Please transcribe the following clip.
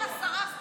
אני מזכירה לך.